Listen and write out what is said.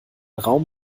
raum